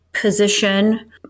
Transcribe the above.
position